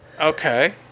Okay